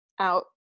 out